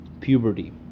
puberty